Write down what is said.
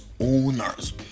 owners